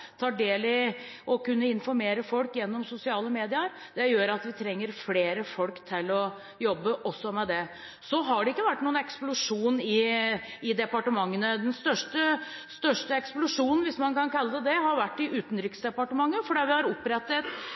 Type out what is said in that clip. del i å informere folk gjennom dem. Det gjør at vi trenger flere folk til å jobbe også med det. Så har det ikke vært noen eksplosjon i departementene. Den største eksplosjonen, hvis man kan kalle det det, har vært i Utenriksdepartementet. Der har vi opprettet